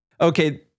Okay